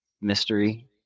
mystery